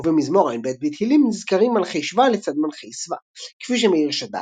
ובמזמור ע"ב בתהילים נזכרים מלכי שבא לצד מלכי סבא כפי שמעיר שד"ל,